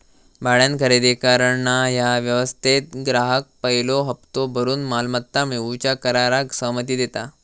भाड्यान खरेदी करणा ह्या व्यवस्थेत ग्राहक पयलो हप्तो भरून मालमत्ता मिळवूच्या कराराक सहमती देता